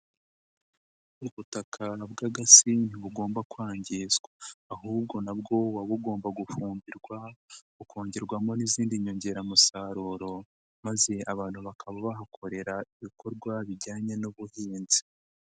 Ubutaka bw'agasi ntibugomba kwangizwa, ahubwo nabwo buba bugomba gufungirwarwa bukongerwamo n'izindi nyongeramusaruro maze abantu bakaba bahakorera ibikorwa bijyanye n'ubuhinzi.